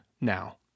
now